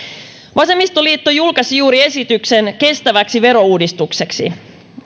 vasemmistoliitto julkaisi juuri esityksen kestäväksi verouudistukseksi